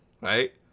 Right